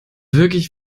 wirklich